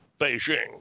Beijing